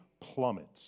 plummets